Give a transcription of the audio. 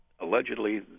Allegedly